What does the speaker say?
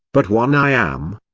but one i am.